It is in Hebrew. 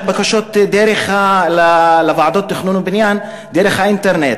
בקשות לוועדות תכנון ובניין דרך האינטרנט.